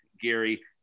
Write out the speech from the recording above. Gary